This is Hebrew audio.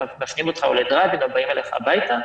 מפנים אותך ל"דרייב" או שבאים אליך הביתה.